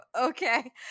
okay